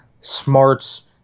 smarts